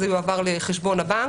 הוא יועבר לחשבון הבנק,